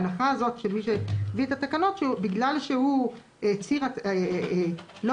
ההנחה הזאת של מי שהביא את התקנות שבגלל שהוא לא הצהיר,